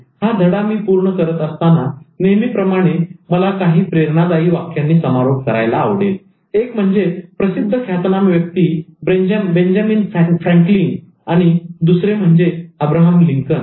हा धडा मी पूर्ण करत असताना नेहमीप्रमाणे मला काही प्रेरणादायी वाक्यांनी समारोप करायला आवडेल एक म्हणजे प्रसिद्ध ख्यातनाम व्यक्तिमत्त्व बेंजामिन फ्रांकलीन आणि दुसरे अब्राहम लिंकन